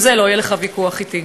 שעל זה לא יהיה לך ויכוח אתי.